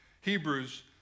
Hebrews